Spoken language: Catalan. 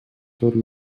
tot